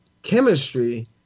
chemistry